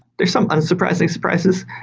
there are some unsurprising surprises.